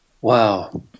Wow